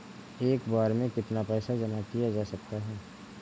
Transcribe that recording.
एक बार में कितना पैसा जमा किया जा सकता है?